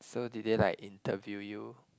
so did they like interview you